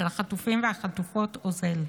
של החטופים והחטופות, אוזל.